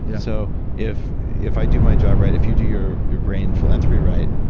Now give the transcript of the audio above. yeah so, if if i do my job right, if you do your your brain philanthropy right,